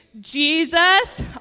Jesus